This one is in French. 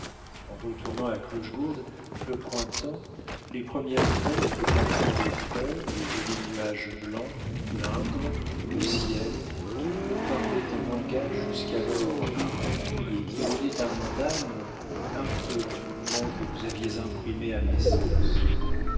en retournant à clochegourde le printemps les premières feuilles le parfum des fleurs les jolis nuages blancs l'indre le ciel tout me parlait un langage jusqu'alors incompris et qui rendait à mon âme un peu du mouvement que vous aviez imprimé à mes sens